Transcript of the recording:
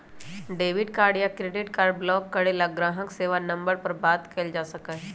debit card या credit card block करे ला ग्राहक सेवा नंबर पर बात कइल जा सका हई